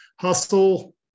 hustle